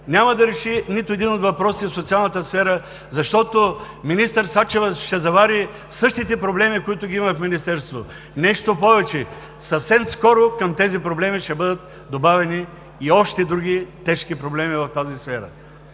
Няма да реши нито един от въпросите в социалната сфера, защото министър Сачева ще завари същите проблеми, които ги има в Министерството. Нещо повече, съвсем скоро към тези проблеми ще бъдат добавени и още други тежки проблеми в тази сфера,